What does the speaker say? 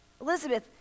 elizabeth